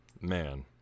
man